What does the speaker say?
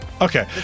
Okay